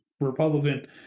Republican